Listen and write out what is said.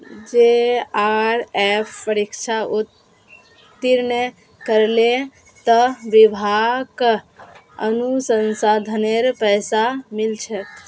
JRF परीक्षा उत्तीर्ण करले त विभाक अनुसंधानेर पैसा मिल छेक